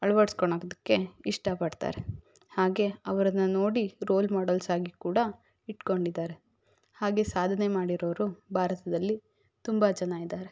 ಅಳವಡ್ಸ್ಕೊಳೋದಕ್ಕೆ ಇಷ್ಟಪಡ್ತಾರೆ ಹಾಗೆ ಅವ್ರನ್ನು ನೋಡಿ ರೋಲ್ ಮಾಡಲ್ಸ್ ಆಗಿ ಕೂಡ ಇಟ್ಕೊಂಡಿದ್ದಾರೆ ಹಾಗೆ ಸಾಧನೆ ಮಾಡಿರೋರು ಭಾರತದಲ್ಲಿ ತುಂಬ ಜನ ಇದ್ದಾರೆ